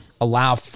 allow